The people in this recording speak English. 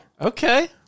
okay